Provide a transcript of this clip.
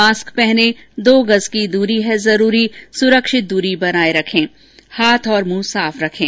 mask पहनें दो गज़ की दूरी है जरूरी सुरक्षित दूरी बनाए रखें हाथ और मुंह साफ रखें